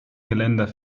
geländer